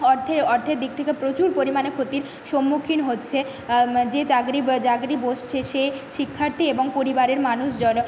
অর্থের অর্থের দিক থেকে প্রচুর পরিমাণে ক্ষতির সম্মুখীন হচ্ছে যে চাকরি বা চাকরি বসেছে সে শিক্ষার্থী এবং পরিবারের মানুষজনও